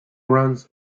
runs